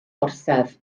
orsaf